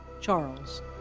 Charles